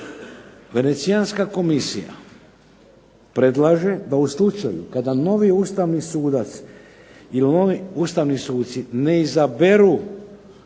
Venecijanska komisija predlaže da u slučaju kada novi ustavni sudac ili novi ustavni suci ne izaberu